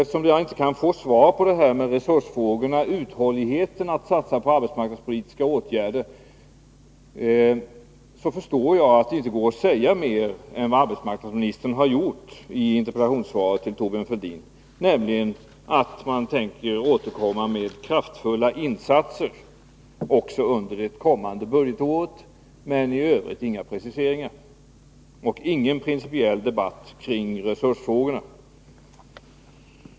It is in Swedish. Eftersom jag inte kan få svar beträffande resursfrågorna, uthålligheten när det gäller att satsa på arbetsmarknadspolitiska åtgärder, förstår jag att det inte går att säga mer än vad arbetsmarknadsministern har sagt i interpellationssvaret till Thorbjörn Fälldin, nämligen att man tänker återkomma med kraftfulla insatser också under det kommande budgetåret. Men i övrigt gör man inga preciseringar och för ingen principiell debatt kring resursfrågorna.